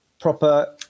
proper